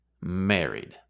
married